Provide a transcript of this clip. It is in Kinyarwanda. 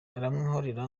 aramwihorera